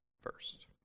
first